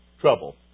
Trouble